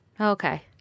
Okay